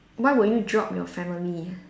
why would you drop your family